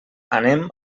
anem